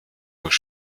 durch